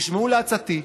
שישמעו לעצתי,